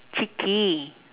chicky